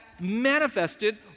manifested